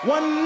One